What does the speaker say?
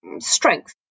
strength